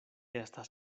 estas